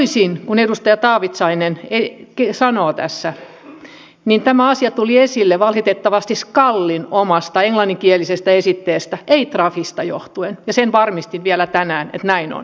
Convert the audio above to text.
toisin kuin edustaja taavitsainen sanoo tässä tämä asia tuli esille valitettavasti skalin omasta englanninkielisestä esitteestä ei trafista johtuen sen varmistin vielä tänään että näin on